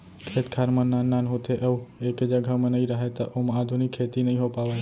खेत खार मन नान नान होथे अउ एके जघा म नइ राहय त ओमा आधुनिक खेती नइ हो पावय